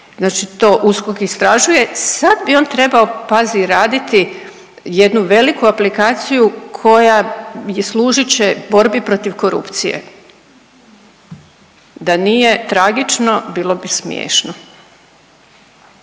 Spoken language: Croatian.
znači to USKOK istražuje, sad bi on trebao, pazi, raditi jednu veliku aplikaciju koja služit će borbi protiv korupcije, da nije tragično bilo bi smiješno.